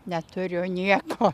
neturiu nieko